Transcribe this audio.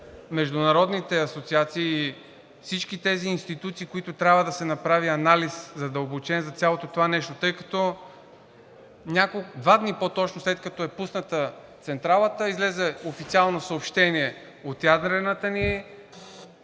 международните асоциации и всички тези институции, от които трябва да се направи задълбочен анализ за цялото това нещо? Два дни, след като е пусната централата, излезе официално съобщение от ядрената ни